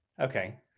Okay